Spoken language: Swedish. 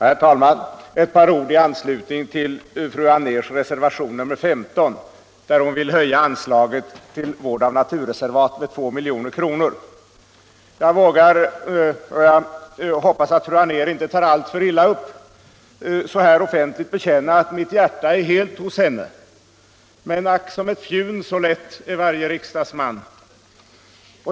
Herr talman! Ett par ord i anslutning till fru Anérs reservation, nr 15, där hon vill höja anslaget till vård av naturreservat med 2 milj.kr. Jag vågar — och jag hoppas att fru Anér inte tar alltför illa upp — så här offentligt bekänna att mitt hjärta helt är hos henne, men ack som ett fjun så lätt är varje riksdagsman.